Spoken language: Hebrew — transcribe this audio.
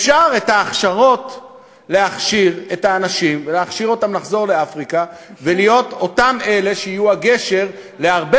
אפשר להכשיר את האנשים לחזור לאפריקה ולהיות אותם אלה שיהיו הגשר להרבה